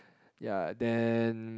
ya then